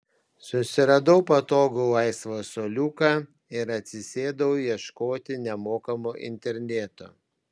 susiradau patogų laisvą suoliuką ir atsisėdau ieškoti nemokamo interneto